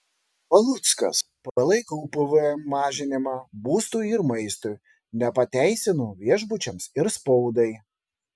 paluckas palaikau pvm mažinimą būstui ir maistui nepateisinu viešbučiams ir spaudai